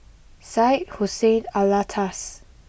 Syed Hussein Alatas